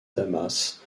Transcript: damas